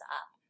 up